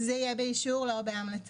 זה יהיה באישור, לא בהמלצה.